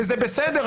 וזה בסדר,